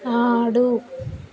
ఆడు